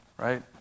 right